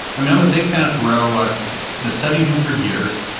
i'm a i'm a big fan of thoreau. i've ah been studying him for years.